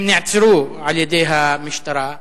הם נעצרו על-ידי המשטרה.